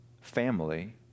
family